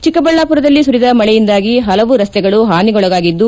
ಚಿಕ್ಕಬಳ್ಳಾಪುರದಲ್ಲಿ ಸುರಿದ ಮಳೆಯಿಂದಾಗಿ ಪಲವು ರಸ್ತೆಗಳು ಹಾನಿಗೊಳಗಾಗಿದ್ದು